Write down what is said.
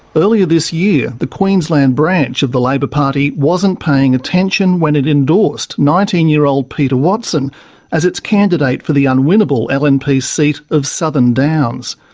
earlier this year, the queensland branch of the labor party wasn't paying attention when it endorsed nineteen year old peter watson as its candidate for the unwinnable and lnp seat of southern downs.